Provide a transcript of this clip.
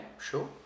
sure